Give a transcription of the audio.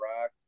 Rock